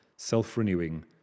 self-renewing